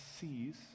sees